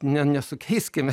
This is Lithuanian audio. ne nesukeiskime